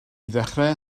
ddechrau